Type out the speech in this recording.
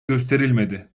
gösterilmedi